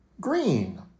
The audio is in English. green